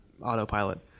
autopilot